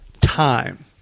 time